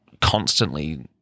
constantly